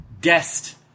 guest